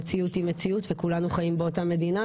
כי המציאות היא מציאות וכולנו חיים באותה מידה,